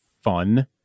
fun